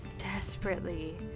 desperately